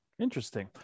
Interesting